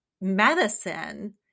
medicine